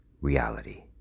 reality